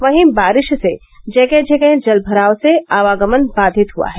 वहीं बारिश से जगह जगह जलभराव से आवागमन बाधित हुआ है